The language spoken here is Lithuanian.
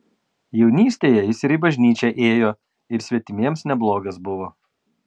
jaunystėje jis ir į bažnyčią ėjo ir svetimiems neblogas buvo